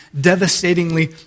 devastatingly